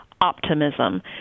optimism